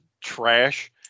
trash